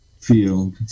field